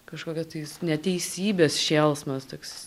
kažkokio tais neteisybės šėlsmas toks